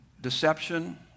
deception